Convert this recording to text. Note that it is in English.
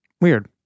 Weird